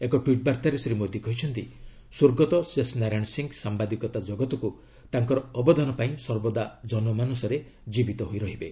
ଏକ ଟ୍ୱିଟ୍ ବାର୍ତ୍ତାରେ ଶ୍ରୀ ମୋଦି କହିଛନ୍ତି ସ୍ୱର୍ଗତଃ ଶେଷ ନାରାୟଣ ସିଂହ ସାମ୍ଭାଦିକତା ଜଗତକୁ ତାଙ୍କର ଅବଦାନ ପାଇଁ ସର୍ବଦା ଜନମାନସରେ ଜୀବିତ ରହିବେ